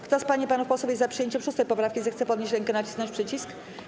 Kto z pań i panów posłów jest za przyjęciem 6. poprawki, zechce podnieść rękę i nacisnąć przycisk.